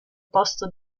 posto